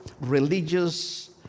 religious